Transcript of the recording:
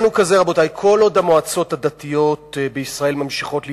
כל עוד המועצות הדתיות בישראל ממשיכות להתקיים,